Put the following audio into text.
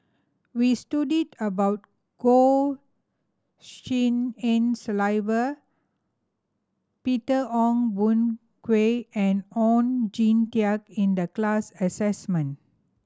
we about Goh Tshin En Sylvia Peter Ong Boon Kwee and Oon Jin Teik in the class